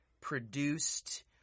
produced